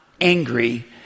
angry